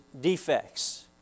defects